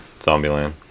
Zombieland